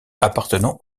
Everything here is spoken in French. appartenant